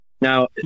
Now